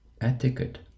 etiquette